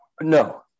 No